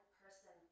person